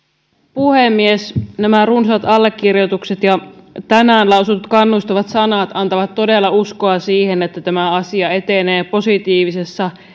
puhemies nämä runsaat allekirjoitukset ja tänään lausutut kannustavat sanat antavat todella uskoa siihen että tämä asia etenee positiivisessa